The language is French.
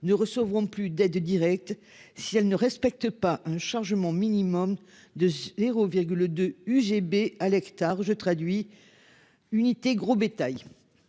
ne recevront plus d'aides directes. Si elle ne respecte pas un changement minimum de l'Hérault le 2 UGB à l'hectare. Je traduis. Unité gros bétail.